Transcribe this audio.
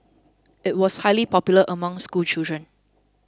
it was highly popular among schoolchildren